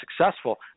successful